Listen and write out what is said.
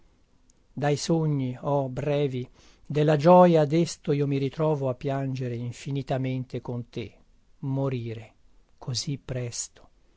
dai sogni oh brevi della gioia desto io mi ritrovo a piangere infinitamente con te morire così presto